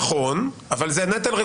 נכון אבל זה נטל,